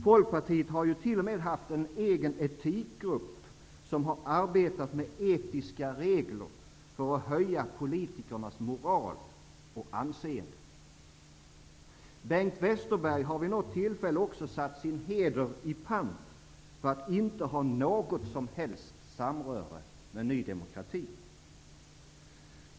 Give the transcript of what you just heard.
Folkpartiet har t.o.m. haft en egen etikgrupp, som har arbetat med etiska regler för att höja politikernas moral och anseende. Bengt Westerberg har vid något tillfälle också satt sin heder i pant på att inte ha något som helst samröre med Ny demokrati.